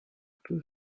peu